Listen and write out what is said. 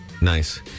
Nice